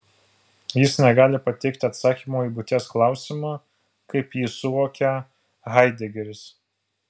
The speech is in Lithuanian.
jis negali pateikti atsakymo į būties klausimą kaip jį suvokia haidegeris